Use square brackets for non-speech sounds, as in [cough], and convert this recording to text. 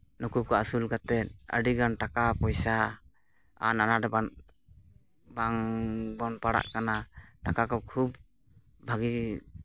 ᱱᱩᱠᱩ ᱠᱚ ᱟᱹᱥᱩᱞ ᱠᱟᱛᱮᱫ ᱟᱹᱰᱤᱜᱟᱱ ᱴᱟᱠᱟ ᱯᱚᱭᱥᱟ [unintelligible] ᱵᱟᱝᱵᱚᱱ ᱯᱟᱲᱟᱜ ᱠᱟᱱᱟ ᱴᱟᱠᱟᱠᱚ ᱠᱷᱩᱵᱽ ᱵᱷᱟᱹᱜᱤ